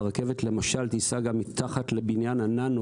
הרכבת למשל תיסע גם מתחת לבניין הננו,